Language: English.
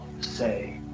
say